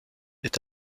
est